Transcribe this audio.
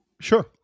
Sure